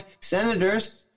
senators